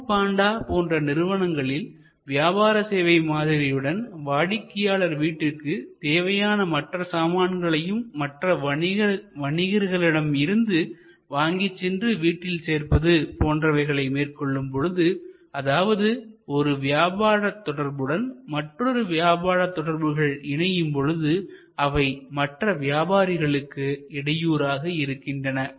food Panda போன்ற நிறுவனங்களின் வியாபார சேவை மாதிரியுடன் வாடிக்கையாளர் வீட்டிற்கு தேவையான மற்ற சாமான்களையும் மற்ற வணிகர்களிடம் இருந்து வாங்கிச் சென்று வீட்டிற்கு சேர்ப்பது போன்றவைகளை மேற்கொள்ளும் பொழுது அதாவது ஒரு வியாபார தொடர்புடன் மற்றொரு வியாபார தொடர்புகள் இணையும் பொழுது அவைமற்ற வியாபாரிகளுக்கு இடையூறாக இருக்கின்றன